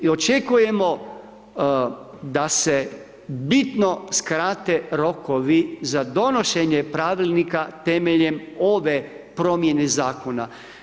Očekujemo da se bitno skrate rokovi za donošenje pravilnika temeljem ove promjene zakona.